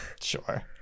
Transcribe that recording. sure